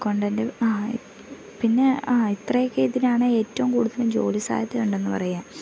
accountant ആ പിന്നെ ആ ഇത്രയൊക്കെ ഇതിനാണ് ഏറ്റവും കൂടുതലും ജോലി സാധ്യതയുണ്ടെന്ന് പറയുക